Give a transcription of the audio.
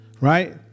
Right